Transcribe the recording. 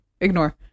Ignore